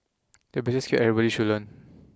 it's a basic skill everybody should learn